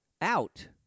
out